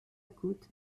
côte